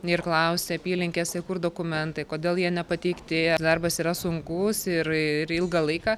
ir klausė apylinkėse kur dokumentai kodėl jie nepateikti ar darbas yra sunkus ir ilgą laiką